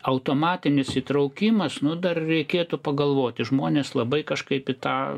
automatinis įtraukimas nu dar reikėtų pagalvoti žmonės labai kažkaip į tą